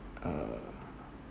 ugh